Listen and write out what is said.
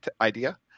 idea